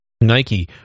Nike